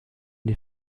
die